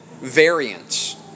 variants